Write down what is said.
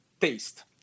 taste